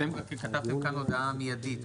אתם כתבתם כאן הודעה מיידית.